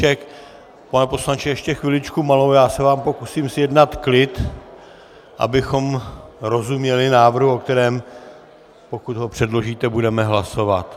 Pane poslanče, ještě chviličku malou, já se vám pokusím zjednat klid, abychom rozuměli návrhu, o kterém, pokud ho předložíte, budeme hlasovat.